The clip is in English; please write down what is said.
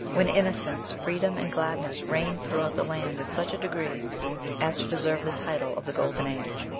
when innocence freedom, and gladness reigned throughout the land in such a degree as to deserve the title of the golden age.